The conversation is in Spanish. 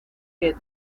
que